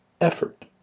effort